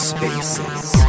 Spaces